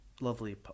lovely